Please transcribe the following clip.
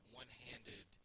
one-handed